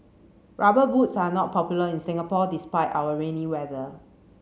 rubber boots are not popular in Singapore despite our rainy weather